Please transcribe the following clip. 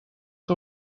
que